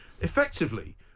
effectively